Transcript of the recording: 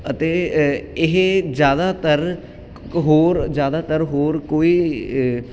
ਅਤੇ ਇਹ ਇਹ ਜ਼ਿਆਦਾਤਰ ਇਕ ਹੋਰ ਜ਼ਿਆਦਾਤਰ ਹੋਰ ਕੋਈ